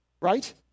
right